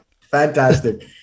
Fantastic